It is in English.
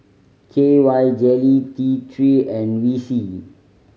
K Y Jelly T Three and Vichy